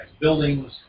buildings